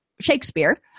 Shakespeare